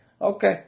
Okay